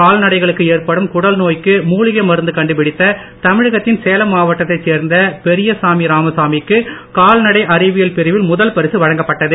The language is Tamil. கால்நடைகளுக்கு ஏற்படும் குடல் நோய்க்கு மூலிகை மருந்து கண்டு பிடித்த தமிழகத்தின் சேலம் மாவட்டத்தைச் சேர்ந்த பெரியாசாமி ராமசாமிக்கு கால்நடை அறிவியல் பிரிவில் முதல் பரிசு வழங்கப்பட்டது